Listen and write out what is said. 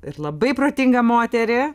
ir labai protingą moterį